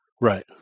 Right